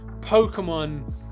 pokemon